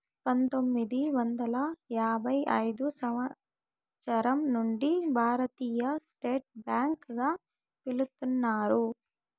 పంతొమ్మిది వందల యాభై ఐదు సంవచ్చరం నుండి భారతీయ స్టేట్ బ్యాంక్ గా పిలుత్తున్నారు